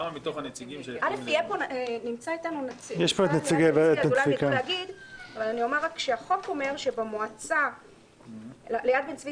יש כאן נציג אבל אומר רק שהחוק אומר שליד בן-צבי